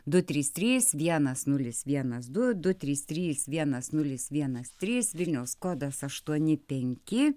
du trys trys vienas nulis vienas du du trys trys vienas nulis vienas trys vilniaus kodas aštuoni penki